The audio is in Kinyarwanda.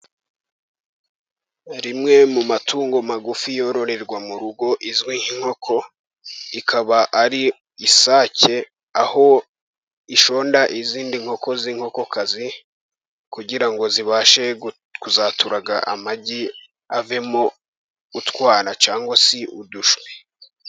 Rimwe mu matungo magufi yororerwa mu rugo izwi nk'inkoko, ikaba ari isake aho ishonda izindi nkoko z'inkokokazi kugira ngo zibashe kuzaturaga amagi avemo utwara cyangwa si udushwi.